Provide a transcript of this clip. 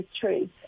truth